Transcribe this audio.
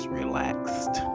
relaxed